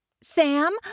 Sam